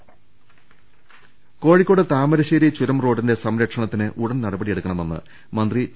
ദർവ്വെടെട കോഴിക്കോട് താമരശേരി ചുരം റോഡിന്റെ സംരക്ഷണത്തിന് ഉടൻ നട പടിയെടുക്കണമെന്ന് മന്ത്രി ടി